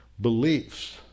beliefs